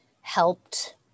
helped